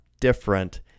different